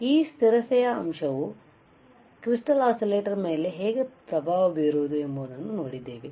ಈ ಸ್ಥಿರತೆಯ ಅಂಶವು ಸ್ಫಟಿಕ ಆಸಿಲೇಟರ್ದ ಮೇಲೆ ಹೇಗೆ ಪ್ರಭಾವಬೀರುವುದು ಎಂಬುದನ್ನು ನೋಡಿದ್ದೇವೆ